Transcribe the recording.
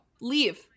leave